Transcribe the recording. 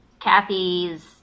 Kathy's